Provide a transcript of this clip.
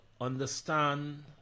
understand